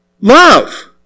Love